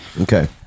Okay